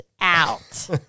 out